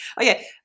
Okay